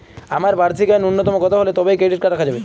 আমার বার্ষিক আয় ন্যুনতম কত হলে তবেই ক্রেডিট কার্ড রাখা যাবে?